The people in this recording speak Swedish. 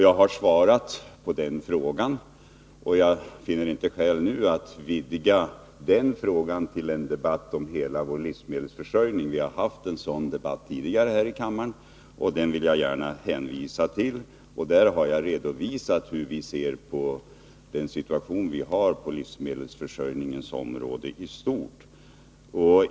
Jag har svarat på den frågan, och jag finner inte skäl att nu vidga debatten till att omfatta även frågan om hela vår livsmedelsförsörjning. Vi har nyligen haft en sådan debatt här i kammaren, och jag vill gärna hänvisa till den. Jag redovisade då hur vi ser på situationen på livsmedelsområdet i stort.